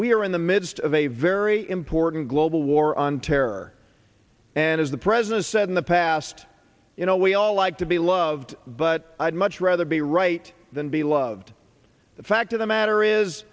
are in the midst of a very important global war on terror and as the president said in the past you know we all like to be loved but i'd much rather be right than be loved the fact of the matter is